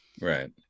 Right